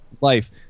life